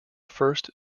first